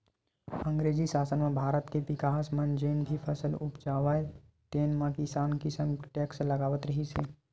अंगरेजी सासन म भारत के किसान मन जेन भी फसल उपजावय तेन म किसम किसम के टेक्स लगावत रिहिस हे